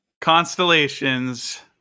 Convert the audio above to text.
Constellations